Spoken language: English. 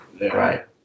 Right